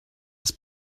his